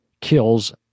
kills